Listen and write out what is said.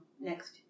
Next